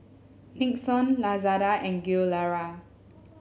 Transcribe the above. Nixon Lazada and Gilera